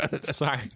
sorry